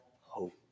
hope